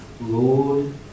Lord